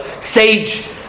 sage